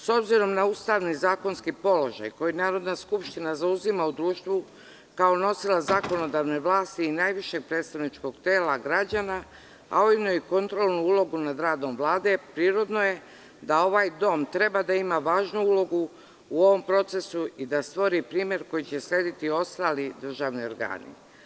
S obzirom na ustavni i zakonski položaj koji Narodna skupština zauzima u društvu kao nosilac zakonodavne vlasti i najvišeg predstavničkog tela građana, a ujedno i kontrolnu ulogu nad radom Vlade, prirodno je da ovaj dom treba da ima važnu ulogu u ovom procesu i da stvori primer koji će slediti ostali državni organi.